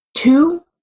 Two